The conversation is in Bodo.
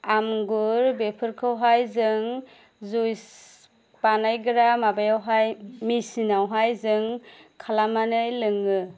आंगुर बेफोरखौहाय जों जुस बानायग्रा माबायावहाय मेसिनावहाय जों खालामनानै लोङो